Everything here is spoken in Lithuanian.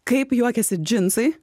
kaip juokiasi džinsai